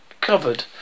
covered